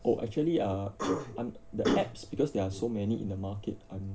oh actually err I'm the apps because there are so many in the market